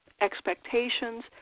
expectations